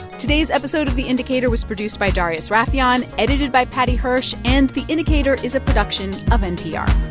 today's episode of the indicator was produced by darius rafieyan, edited by paddy hirsch. and the indicator is a production of npr